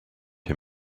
him